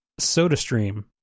SodaStream